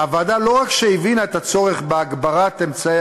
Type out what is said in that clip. הוועדה לא רק הבינה את הצורך בהגברת אמצעי